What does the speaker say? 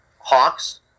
Hawks